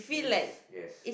yes yes